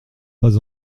pas